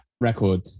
record